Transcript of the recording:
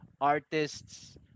artists